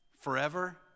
forever